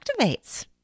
activates